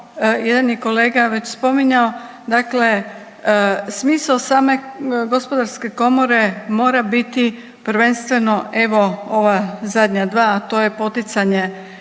jedan je kolega već spominjao dakle smisao same Gospodarske komore mora biti prvenstveno evo ova zadnja dva, a to je poticanje